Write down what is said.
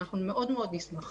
אנחנו מאוד-מאוד נשמח.